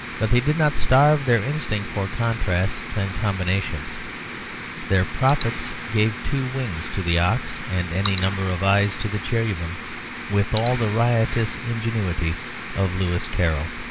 but they did not starve their instinct for contrasts and combinations their prophets gave two wings to the ox and any number of eyes to the cherubim with all the riotous ingenuity of lewis carroll.